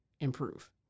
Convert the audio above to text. Improve